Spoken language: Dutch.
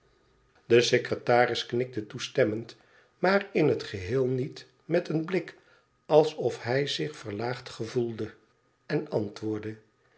de secretaris knikte toestemmend maar in het geheel niet met een blik alsof hij zich verlaagd gevoelde en antwoordde